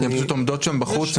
הן עומדות בחוץ.